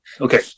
okay